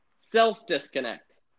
self-disconnect